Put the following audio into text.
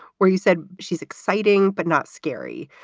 where you said she's exciting but not scary.